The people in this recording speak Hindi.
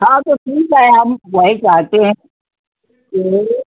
हाँ तो ठीक है हम वही चाहते हैं कि